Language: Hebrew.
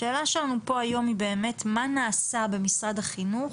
השאלה שלנו פה היום היא באמת מה נעשה במשרד החינוך